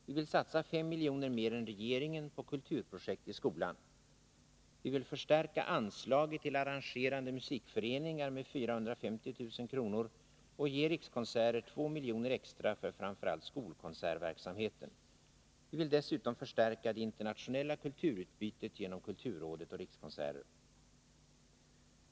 Vi vill satsa 5 milj.kr. mer än regeringen på kulturprojekt i skolan. Vi vill förstärka anslaget till arrangerande musikföreningar med 450 000 kr. och ge Rikskonserter 2 milj.kr. extra för framför allt skolkonsertverksamheten. Vi vill dessutom förstärka det internationella kulturutbytet genom kulturrådet och Rikskonserter.